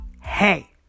hey